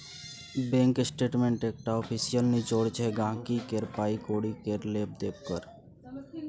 bank statement एकटा official निचोड़ छै गांहिकी केर पाइ कौड़ी केर लेब देब केर